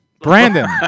Brandon